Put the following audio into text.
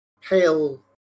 pale